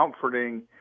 comforting